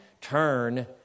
Turn